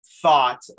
Thought